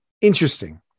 interesting